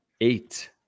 Eight